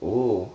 oh